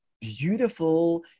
beautiful